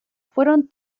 fueron